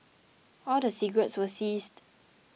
all the cigarettes were seized